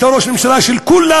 אתה ראש ממשלה של כולם,